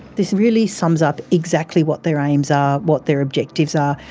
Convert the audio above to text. this really sums up exactly what their aims are, what their objectives are.